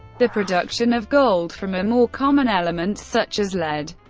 the production of gold from a more common element, such as lead,